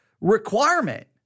requirement